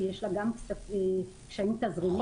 שיש לה גם קשיים תזרימיים?